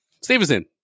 Stevenson